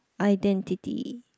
identity